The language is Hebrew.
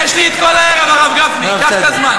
יש לי את כל הערב, הרב גפני, קח את הזמן.